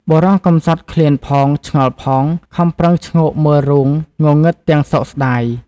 បុរសកំសត់ឃ្លានផង ឆ្ងល់ផង ខំប្រឹងឈ្ងោកមើលរូង ងងឹតទាំងសោកស្តាយ ។